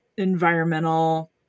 environmental